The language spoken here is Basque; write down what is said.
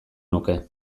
nuke